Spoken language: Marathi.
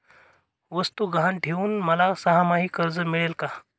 वस्तू गहाण ठेवून मला सहामाही कर्ज मिळेल का?